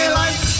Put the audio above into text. life